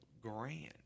Grand